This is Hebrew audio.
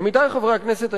עמיתי חברי הכנסת,